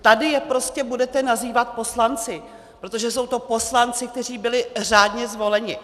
Tady je prostě budete nazývat poslanci, protože jsou to poslanci, kteří byli řádně zvoleni.